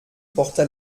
porta